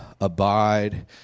abide